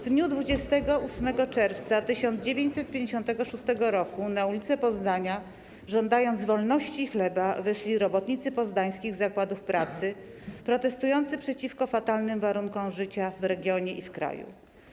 W dniu 28 czerwca 1956 roku, na ulice Poznania, żądając 'wolności i chleba', wyszli robotnicy poznańskich zakładów pracy, protestując przeciwko fatalnym warunkom życia w regionie i w kraju.